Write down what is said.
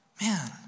Man